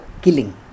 killing